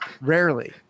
rarely